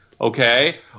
Okay